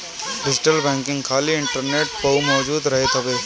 digital banking खाली internet पअ मौजूद रहत हवे